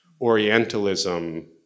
orientalism